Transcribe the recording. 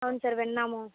అవును సార్ విన్నాము